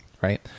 right